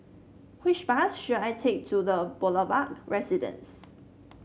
which bus should I take to The Boulevard Residence